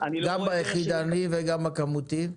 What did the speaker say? גם ביחידני וגם בכמותי.